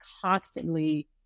constantly